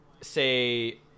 say